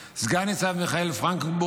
סגן ניצב מיכאל פרנקנבורג,